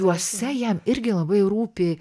juose jam irgi labai rūpi